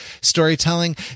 storytelling